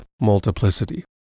multiplicity